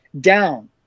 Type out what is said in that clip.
down